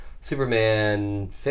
Superman